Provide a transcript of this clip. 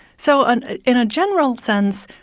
so and in a general sense,